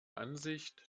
ansicht